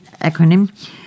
acronym